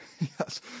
Yes